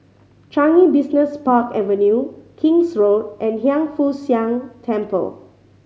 Changi Business Park Avenue King's Road and Hiang Foo Siang Temple